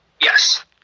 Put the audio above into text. Yes